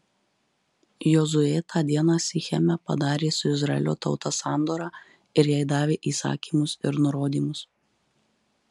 jozuė tą dieną sicheme padarė su izraelio tauta sandorą ir jai davė įsakymus ir nurodymus